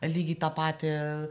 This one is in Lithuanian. lygiai tą patį